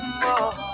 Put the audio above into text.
more